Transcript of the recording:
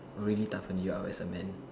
really toughen you up as a man